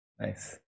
Nice